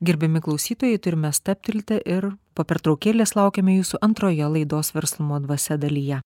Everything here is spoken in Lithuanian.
gerbiami klausytojai turime stabtelti ir po pertraukėlės laukiame jūsų antroje laidos verslumo dvasia dalyje